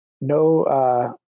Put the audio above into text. No